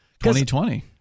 2020